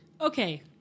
Okay